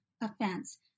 offense